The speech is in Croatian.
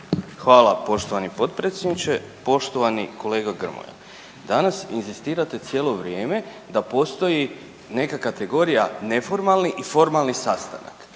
Hvala poštovani potpredsjedniče. Poštovani kolega Grmoja danas inzistirate cijelo vrijeme da postoji neka kategorija neformalni i formalni sastanak.